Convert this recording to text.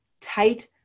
tight